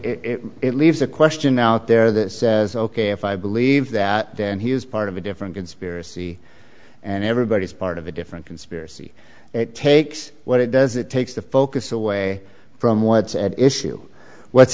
d it leaves a question out there that says ok if i believe that then he was part of a different conspiracy and everybody's part of a different conspiracy it takes what it does it takes the focus away from what's at